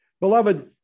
Beloved